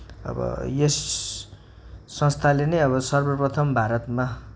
अब यस संस्थाले नै अब सर्वप्रथम भारतमा